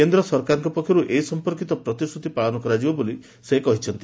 କେନ୍ଦ୍ର ସରକାରଙ୍କ ପକ୍ଷରୁ ଏ ସଂପର୍କିତ ପ୍ରତିଶ୍ରତି ପାଳନ କରାଯିବ ବୋଲି ସେ କହିଛନ୍ତି